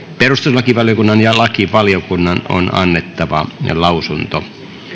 perustuslakivaliokunnan ja lakivaliokunnan on annettava lausunto